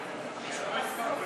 2016, נתקבלה.